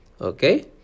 Okay